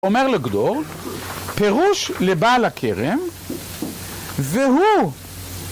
אומר לגדור, פירוש לבעל הכרם והוא